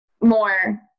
more